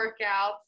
workouts